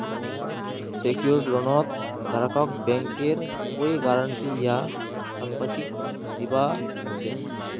secured लोनत ग्राहकक बैंकेर कोई गारंटी या संपत्ति दीबा ह छेक